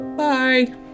Bye